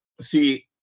See